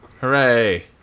Hooray